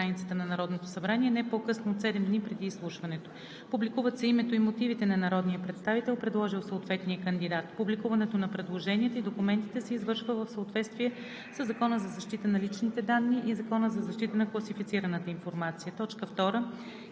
Предложенията заедно с документите по Раздел І се публикуват на специализиран тематичен сайт на интернет страницата на Народното събрание не по-късно от 7 дни преди изслушването. Публикуват се името и мотивите на народния представител, предложил съответния кандидат. Публикуването на предложенията и документите се извършва в съответствие